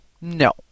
No